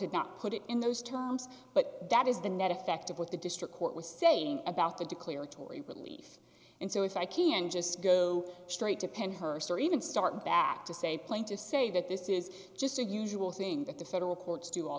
did not put it in those terms but that is the net effect of what the district court was saying about the declaratory relief and so if i can just go straight to pen her story even start back to say plaintiffs say that this is just the usual thing that the federal courts do all